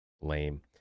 Lame